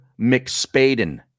McSpaden